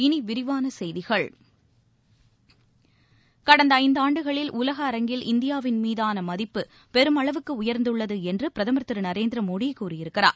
இனி விரிவான செய்திகள் கடந்த ஐந்தாண்டுகளில் உலக அரங்கில் இந்தியாவின் மீதான மதிப்பு பெருமளவுக்கு உயர்ந்துள்ளது என்று பிரதமர் திரு நரேந்திர மோடி கூறியிருக்கிறார்